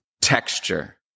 texture